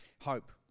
Hope